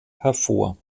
hervor